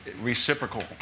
reciprocal